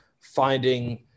finding